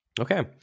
Okay